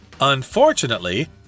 Unfortunately